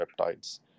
peptides